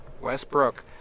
Westbrook